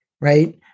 right